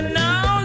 now